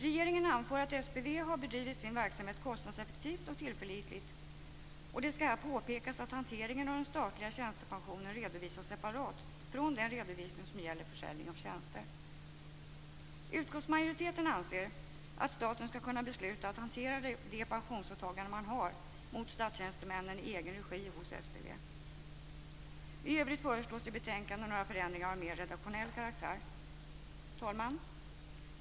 Regeringen anför att SPV har bedrivit sin verksamhet kostnadseffektivt och tillförlitligt. Det skall här påpekas att hanteringen av den statliga tjänstepensionen redovisas separat från den redovisning som gäller försäljning av tjänster. Utskottsmajoriteten anser att staten skall kunna besluta att hantera det pensionsåtagande man har mot statstjänstemännen i egen regi hos SPV. I övrigt föreslås i betänkandet några förändringar av mer redaktionell karaktär. Herr talman!